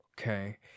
Okay